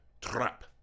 Trap